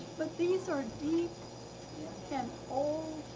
but these are deep and old